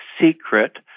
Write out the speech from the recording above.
secret